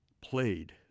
played